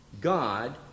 God